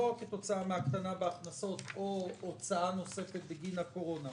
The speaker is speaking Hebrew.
כתוצאה מהקטנה בהכנסות או הוצאה נוספת בגין הקורונה.